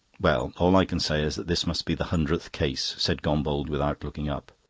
well, all i can say is that this must be the hundredth case, said gombauld, without looking up.